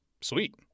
Sweet